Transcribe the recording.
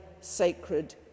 sacred